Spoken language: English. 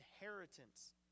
inheritance